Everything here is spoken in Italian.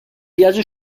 viaggio